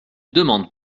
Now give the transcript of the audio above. demande